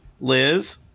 Liz